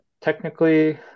technically